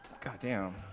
goddamn